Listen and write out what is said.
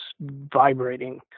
vibrating